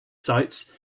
sites